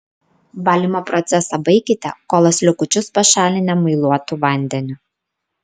valymo procesą baikite kolos likučius pašalinę muiluotu vandeniu